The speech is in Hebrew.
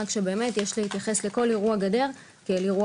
רק שבאמת יש להתייחס לכל אירוע גדר כאל אירוע